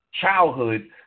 childhood